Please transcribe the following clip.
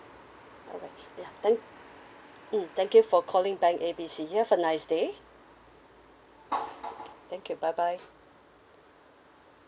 alright ya thank mm thank you for calling bank A B C have a nice day thank you bye bye